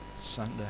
Sunday